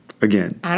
Again